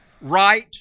Right